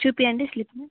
చూపించండి స్లిప్ని